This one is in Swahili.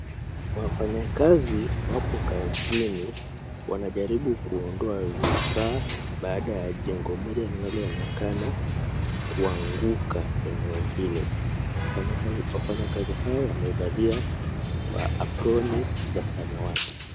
Wafanyakazi wapo kazini. Wanajaribu kuondoa vifaa baada ya jengo moja linaloonekana kuanguka eneo hilo. Wafanyakazi hawa wamevalia aproni za samawati.